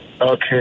Okay